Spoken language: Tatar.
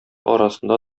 арасында